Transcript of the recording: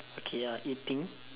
okay ya eating